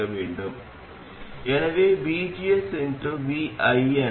மேலும் அதற்கு இணையாக ஒரு எதிர்ப்பைக் கொண்டிருக்கும் அது RS ஆகும்